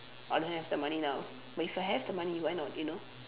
I don't have the money now but if I have the money why not you know